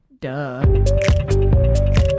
Duh